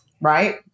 right